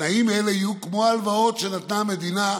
יהיו כמו ההלוואות שנתנה המדינה לעסקים,